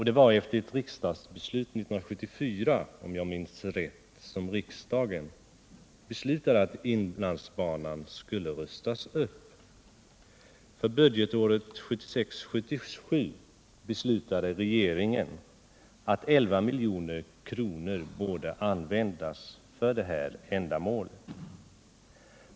Det var efter ett riksdagsbeslut 1974 — om jag minns rätt — som riksdagen beslutade att inlandsbanan skulle rustas upp. För budgetåret 1976/77 beslutade regeringen att 11 milj.kr. skulle användas för detta ändamål.